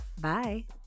Bye